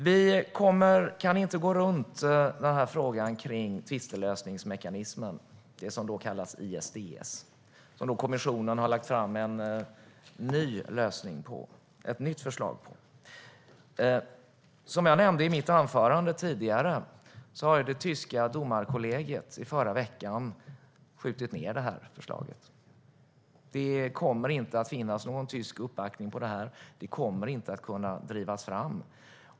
Vi kan inte gå runt frågan om tvistlösningsmekanismen, alltså det som kallas ISDS och där kommissionen har lagt fram ett nytt förslag till lösning. Som jag nämnde i mitt anförande tidigare sköt det tyska domarkollegiet ned det förslaget förra veckan. Det kommer inte att finnas någon tysk uppbackning av detta. Det kommer inte att kunna drivas fram.